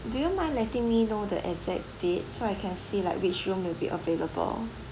do you mind letting me know the exact date so I can see like which room will be available